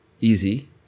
easy